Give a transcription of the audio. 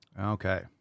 Okay